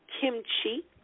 kimchi